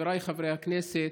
חבריי חברי הכנסת,